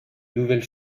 nouvelle